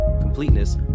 completeness